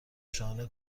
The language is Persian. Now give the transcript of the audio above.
شانه